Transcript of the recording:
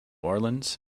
orleans